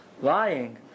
lying